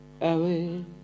away